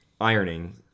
ironing